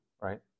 right